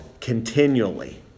Continually